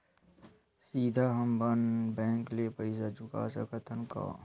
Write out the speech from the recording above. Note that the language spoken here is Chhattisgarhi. सीधा हम मन बैंक ले पईसा चुका सकत हन का?